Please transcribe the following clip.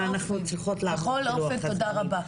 בכל אופן, תודה רבה.